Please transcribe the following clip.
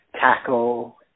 tackle